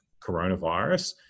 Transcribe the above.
coronavirus